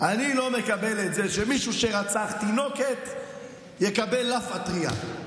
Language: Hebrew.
אני לא מקבל את זה שמישהו שרצח תינוקת יקבל לאפה טרייה.